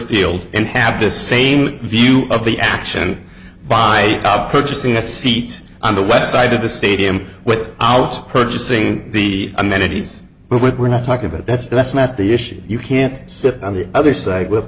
field and have the same view of the action by not purchasing a seat on the west side of the stadium what hours purchasing the amenities but what we're not talking about that's that's not the issue you can't sit on the other side with